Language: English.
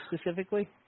specifically